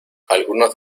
algunos